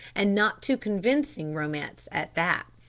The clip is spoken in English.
and not too convincing romance at that.